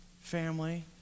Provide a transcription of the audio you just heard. family